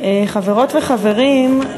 חברות וחברים,